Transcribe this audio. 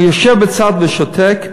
הוא יושב בצד ושותק.